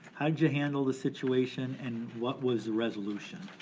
how'd you handle the situation and what was the resolution?